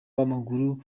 w’amaguru